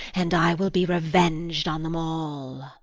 and i will be revenged on them all.